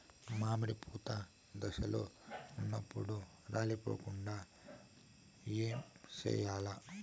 మామిడి పూత దశలో ఉన్నప్పుడు రాలిపోకుండ ఏమిచేయాల్ల?